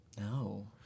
No